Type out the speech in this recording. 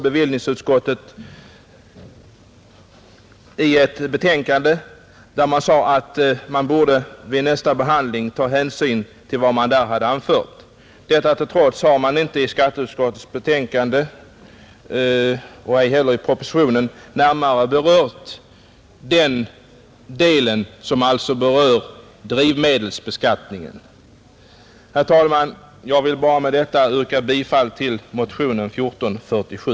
Bevillningsutskottet sade i sitt betänkande att man vid nästa behandling borde ta hänsyn till det som då anförts, Trots detta har man inte i skatteutskottets betänkande liksom heller inte i propositionen närmare berört den del som gäller drivmedelsbeskattningen. Herr talman! Jag vill med dessa få ord yrka bifall till motionen 1447.